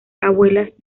abuelas